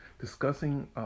discussing